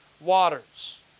waters